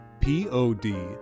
P-O-D